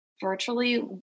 virtually